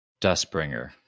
Dustbringer